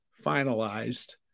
finalized